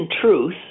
truth